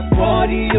party